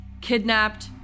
kidnapped